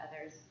others